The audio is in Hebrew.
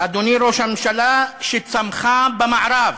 אדוני ראש הממשלה, שצמחה במערב,